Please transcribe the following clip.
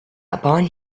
upon